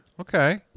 Okay